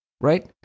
right